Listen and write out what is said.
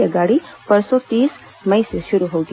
यह गाड़ी परसों तीस मई से शुरू होगी